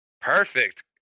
Perfect